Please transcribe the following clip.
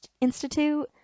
Institute